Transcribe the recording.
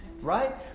right